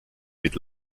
mit